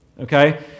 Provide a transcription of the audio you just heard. okay